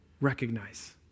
recognize